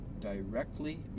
directly